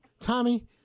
Tommy